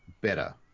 better